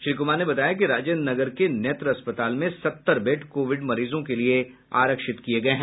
श्री क्मार ने बताया कि राजेन्द्र नगर के नेत्र अस्पताल में सत्तर बेड कोविड मरीजों के लिए आरक्षित किये गये हैं